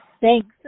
Thanks